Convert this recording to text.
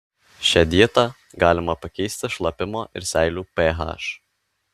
šia dieta galima pakeisti šlapimo ir seilių ph